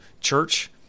church